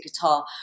guitar